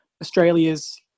Australia's